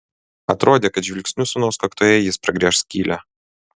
atrodė kad žvilgsniu sūnaus kaktoje jis pragręš skylę